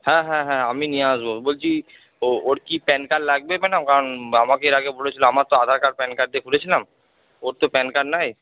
হ্যাঁ হ্যাঁ হ্যাঁ আমি নিয়ে আসবো বলছি ওর কি প্যান কার্ড লাগবে ম্যাডাম কারণ আমাকে এর আগে বলেছিল আমার তো আধার কার্ড প্যান কার্ড দিয়ে খুলেছিলাম ওর তো প্যান কার্ড নেই